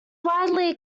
widely